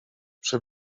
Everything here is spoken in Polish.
przy